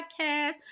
podcast